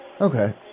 Okay